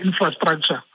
infrastructure